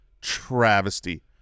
travesty